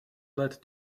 led